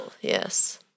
Yes